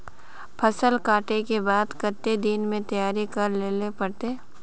फसल कांटे के बाद कते दिन में तैयारी कर लेले पड़ते?